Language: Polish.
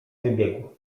wybiegł